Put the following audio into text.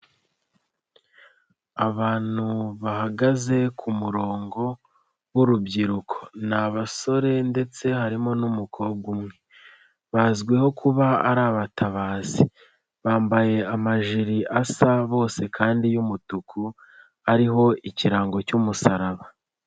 Abantu bahagaze ku murongo w'urubyiruko n'abasore ndetse harimo n'umukobwa umwe, bazwiho kuba ari abatabazi, bambaye amajiri asa bose kandi y'umutuku ariho ikirango cy'umusaraba.